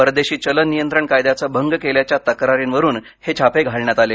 परदेशी चलन नियंत्रण कायद्याचा भंग केल्याच्या तक्रारींवरून हे छापे घालण्यात आले